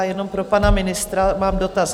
Jenom pro pana ministra mám dotaz.